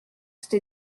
cette